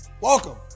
welcome